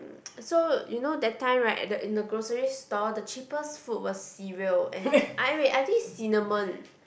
so you know that time right at the in the grocery store the cheapest food was cereal and eh wait I think cinnamon